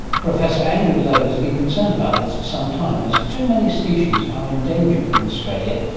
professor andrew lowe has been concerned about this for some time as too many species are endangered in australia,